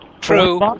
True